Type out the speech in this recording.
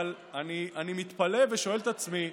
אבל אני מתפלא ושואל את עצמי: